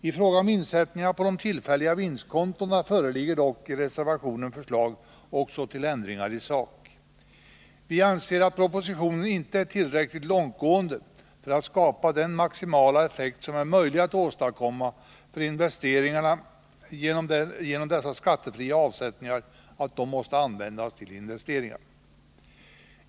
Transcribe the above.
I fråga om insättningarna på de tillfälliga vinstkontona föreligger dock i reservationen 2 förslag också till ändringar i sak. Vi anser att propositionen inte är tillräckligt långtgående för att skapa den maximala effekt som är möjlig att åstadkomma för investeringarna genom att dessa skattefria avsättningar måste användas till investeringar.